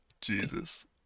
Jesus